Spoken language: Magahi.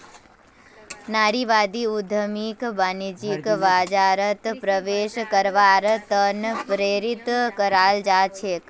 नारीवादी उद्यमियक वाणिज्यिक बाजारत प्रवेश करवार त न प्रेरित कराल जा छेक